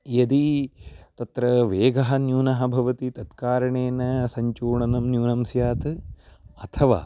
यदि तत्र वेगः न्यूनः भवति तत्कारणेन सञ्चूर्णनं न्यूनं स्यात् अथवा